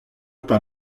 par